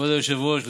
כבוד היושב-ראש,